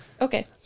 Okay